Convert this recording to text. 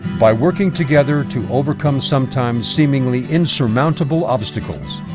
by working together to overcome sometimes seemingly insurmountable obstacles,